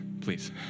please